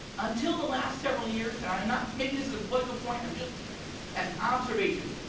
until the last several years. and i am not making this as a political point, i'm just as an observation.